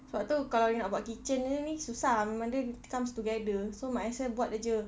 sebab itu kalau you nak buat kitchen saja ini susah memang dia comes together so might as well buat saja